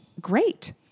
great